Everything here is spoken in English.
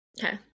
Okay